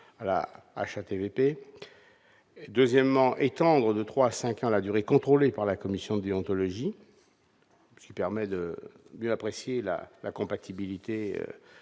à la HATVP deuxièmement et tendre de 3 à 5 ans la durée contrôlée par la commission déontologie qui permet de mieux apprécier la la compatibilité